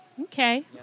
okay